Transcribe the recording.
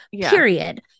Period